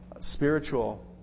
spiritual